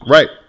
Right